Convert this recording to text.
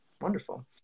Wonderful